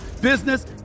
business